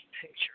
picture